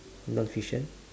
non fiction